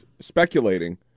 speculating